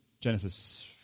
Genesis